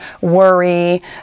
worry